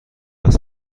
وصل